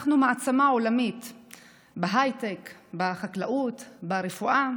אנחנו מעצמה עולמית בהייטק, בחקלאות, ברפואה.